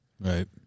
Right